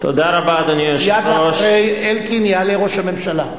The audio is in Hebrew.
מייד אחרי אלקין יעלה ראש הממשלה.